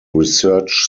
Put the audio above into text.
research